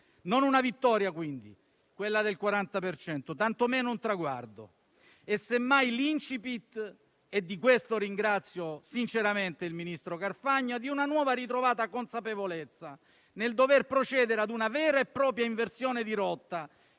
cento non è, quindi, una vittoria, tantomeno un traguardo; è semmai l'*incipit* - per questo ringrazio sinceramente il ministro Carfagna - di una nuova e ritrovata consapevolezza nel dover procedere a una vera e propria inversione di rotta